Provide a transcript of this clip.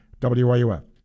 WYUF